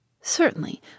Certainly